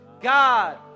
God